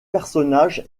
personnages